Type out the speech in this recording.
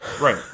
Right